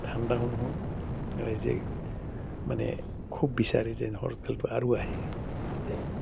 ঠাণ্ডাও নহয় ৰাইজে মানে খুব বিচাৰে যে শৰৎ কালটো আৰু আহে